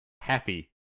happy